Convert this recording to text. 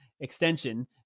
extension